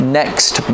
next